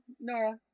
Nora